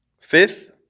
Fifth